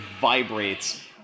vibrates